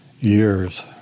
Years